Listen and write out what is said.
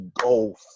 go